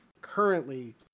currently